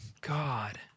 god